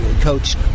coach